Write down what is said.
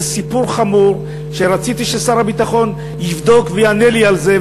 זה סיפור חמור שרציתי ששר הביטחון יבדוק ויענה לי על זה,